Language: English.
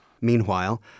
Meanwhile